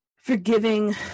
forgiving